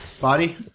Body